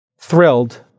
thrilled